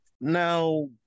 Now